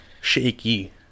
Shaky